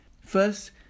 First